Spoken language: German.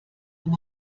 wenn